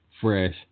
fresh